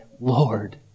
Lord